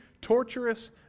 torturous